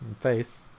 face